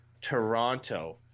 toronto